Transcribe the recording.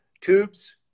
Tubes